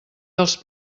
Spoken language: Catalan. dels